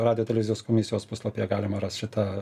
radijo televizijos komisijos puslapyje galima rast šitą